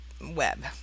Web